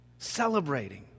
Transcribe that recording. Celebrating